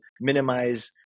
minimize